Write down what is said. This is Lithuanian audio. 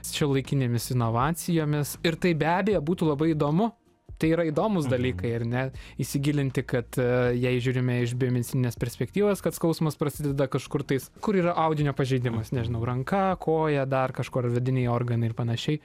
šiuolaikinėmis inovacijomis ir tai be abejo būtų labai įdomu tai yra įdomūs dalykai ar ne įsigilinti kad jei žiūrime iš biomedicininės perspektyvos kad skausmas prasideda kažkur tais kur yra audinio pažeidimas nežinau ranka koja dar kažkur vidiniai organai ir panašiai